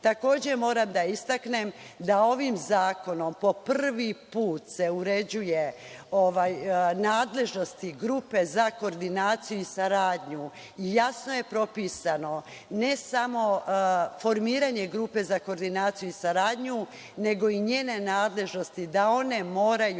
Takođe moram da istaknem da ovim zakonom po prvi put se uređuju nadležnosti grupe za koordinaciju i saradnju. Jasno je propisano ne samo formiranje grupe za koordinaciju i saradnju, nego i njene nadležnosti da one moraju